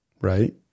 Right